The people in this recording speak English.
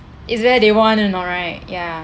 is whether they want or not right ya